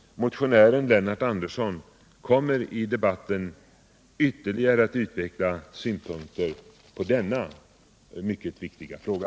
Motionären Lennart Andersson kommer i debatten ytterligare att utveckla synpunkter på denna mycket viktiga fråga.